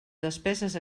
despeses